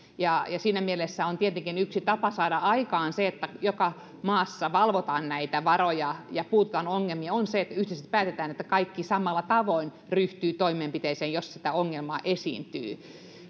siinä mielessä tietenkin yksi tapa saada aikaan se että joka maassa valvotaan näitä varoja ja puututaan ongelmiin on se että yhteisesti päätetään että kaikki samalla tavoin ryhtyvät toimenpiteisiin jos ongelmaa esiintyy